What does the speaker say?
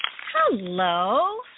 Hello